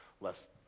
less